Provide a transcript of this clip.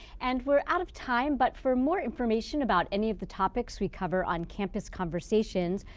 and we're out of time, but for more information about any of the topics we cover on campus conversations,